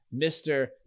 Mr